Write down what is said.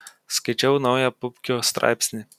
skaičiau naują pupkio straipsnį